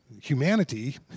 Humanity